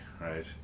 right